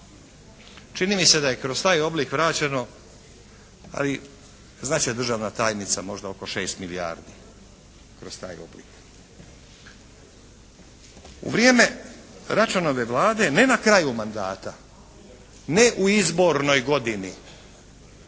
Čini mi se da je kroz taj oblik vraćeno ali znat će državna tajnica možda oko 6 milijardi kroz taj oblik. U vrijeme Račanove Vlade ne na kraju mandata, ne u izbornoj godini